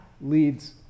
leads